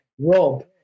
Rob